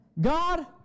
God